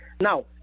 Now